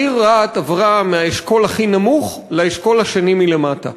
העיר רהט עברה מהאשכול הכי נמוך לאשכול השני מלמטה.